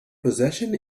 possession